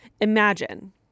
Imagine